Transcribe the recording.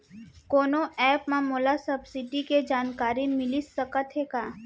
कोनो एप मा मोला सब्सिडी के जानकारी मिलिस सकत हे का?